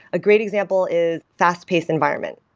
a great example is fast-paced environment.